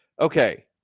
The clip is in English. okay